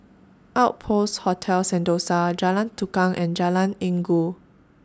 Outpost Hotel Sentosa Jalan Tukang and Jalan Inggu